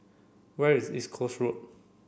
where is East Coast Road